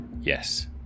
Yes